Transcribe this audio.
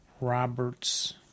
Robert's